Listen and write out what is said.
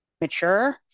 mature